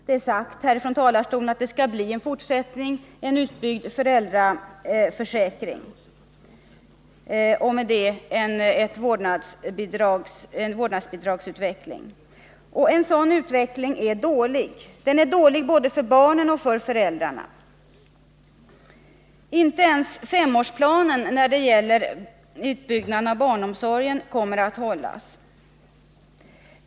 Det är sagt härifrån talarstolen att det skall bli en fortsättning, en utbyggd föräldraförsäkring, och med det en vårdnadsbidragsutveckling. En sådan utveckling är dålig, både för barnen och för föräldrarna. Inte ens femårsplanen när det gäller utbyggnaden av barnomsorgen kommer att hållas.